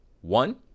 One